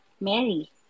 Mary